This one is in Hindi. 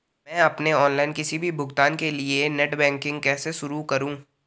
मैं अपने ऑनलाइन किसी भी भुगतान के लिए नेट बैंकिंग कैसे शुरु करूँ?